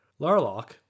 Larlock